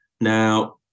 Now